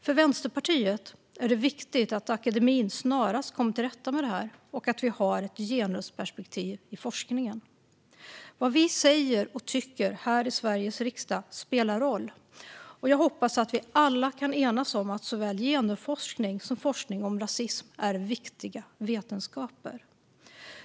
För Vänsterpartiet är det viktigt att akademin snarast kommer till rätta med detta och att det finns ett genusperspektiv i forskningen. Vad vi i Sveriges riksdag säger och tycker spelar roll, och jag hoppas att vi alla kan enas om att såväl genusforskning som forskning om rasism är viktiga vetenskaper.